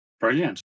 Brilliant